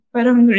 Parang